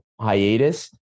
hiatus